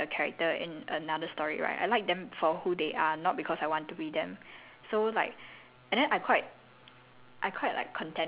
I have never thought about this before eh cause like every time I like a character in another story right I like them for who they are not because I want to be them